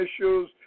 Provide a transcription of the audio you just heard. issues